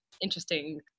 interesting